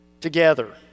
together